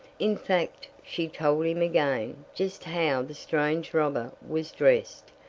in fact she told him again just how the strange robber was dressed,